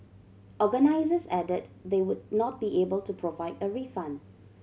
organisers added that they would not be able to provide a refund